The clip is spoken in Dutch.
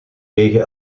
wegen